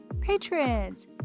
patrons